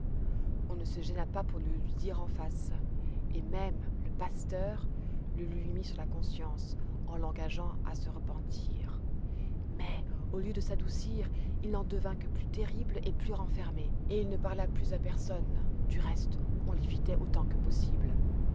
on ne se gêna pas pour le lui dire en face et même le pasteur le lui mit sur la conscience en l'engageant à se repentir mais au lieu de s'adoucir il n'en devint que plus terrible et plus renfermé et il ne parla plus à personne du reste on l'évitait autant que possible